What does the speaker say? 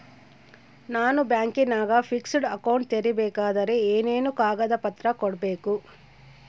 ನಾನು ಬ್ಯಾಂಕಿನಾಗ fixed account ತೆರಿಬೇಕಾದರೆ ಏನೇನು ಕಾಗದ ಪತ್ರ ಕೊಡ್ಬೇಕು?